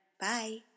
Bye